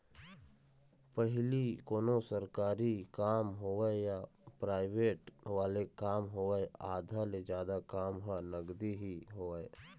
पहिली कोनों सरकारी काम होवय या पराइवेंट वाले काम होवय आधा ले जादा काम ह नगदी ही होवय